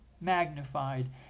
magnified